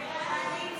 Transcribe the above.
הסתייגות